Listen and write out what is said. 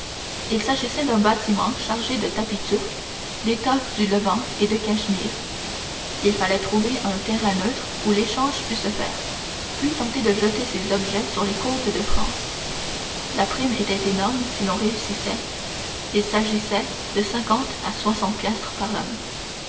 il s'agissait d'un bâtiment chargé de tapis turcs d'étoffes du levant et de cachemire il fallait trouver un terrain neutre où l'échange pût se faire puis tenter de jeter ces objets sur les côtes de france la prime était énorme si l'on réussissait il s'agissait de cinquante à soixante piastres par homme